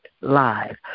Live